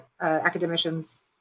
academicians